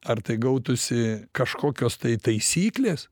ar tai gautųsi kažkokios tai taisyklės